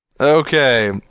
Okay